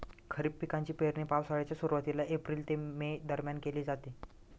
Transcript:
खरीप पिकांची पेरणी पावसाळ्याच्या सुरुवातीला एप्रिल ते मे दरम्यान केली जाते